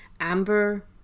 Amber